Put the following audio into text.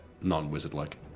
non-wizard-like